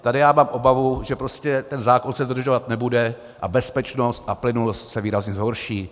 Tady já mám obavu, že prostě ten zákon se dodržovat nebude a bezpečnost a plynulost se výrazně zhorší.